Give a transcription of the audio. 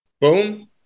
boom